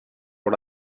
for